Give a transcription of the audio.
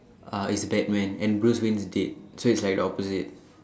uh is Batman and Bruce Wayne is dead so it's like the opposite